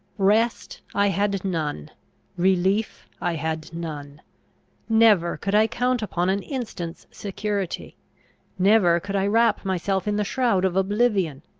rest i had none relief i had none never could i count upon an instant's security never could i wrap myself in the shroud of oblivion.